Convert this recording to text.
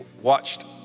watched